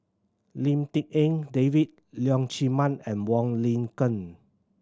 Lim Tik En David Leong Chee Mun and Wong Lin Ken